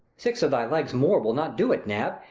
six o' thy legs more will not do it, nab.